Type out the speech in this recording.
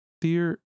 Dear